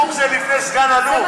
פו"ם זה לפני סגן-אלוף,